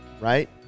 right